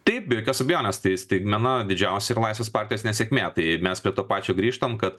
taip be jokios abejonės tai staigmena didžiausia yra laisvės partijos nesėkmė tai mes prie to pačio grįžtam kad